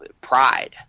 pride